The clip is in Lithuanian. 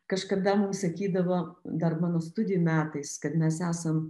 kažkada mum sakydavo dar mano studijų metais kad mes esam